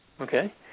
Okay